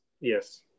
Yes